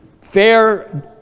fair